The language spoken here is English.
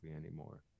anymore